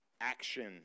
Action